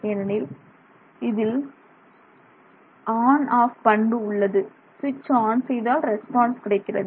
ஏனெனில் இதில் ஆனால் ஆன் ஆப் பண்பு உள்ளது ஸ்விட்ச் ஆன் செய்தால் ரெஸ்பான்ஸ் கிடைக்கிறது